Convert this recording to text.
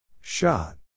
Shot